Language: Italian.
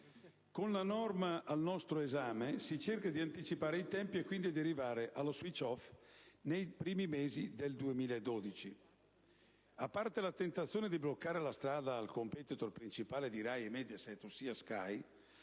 Con la norma al nostro esame si cerca di anticipare i tempi e quindi di arrivare allo *switch-off* nei primi mesi del 2012. A parte la tentazione di bloccare la strada al *competitor* principale di RAI e Mediaset, ossia Sky,